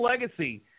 legacy